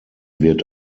wird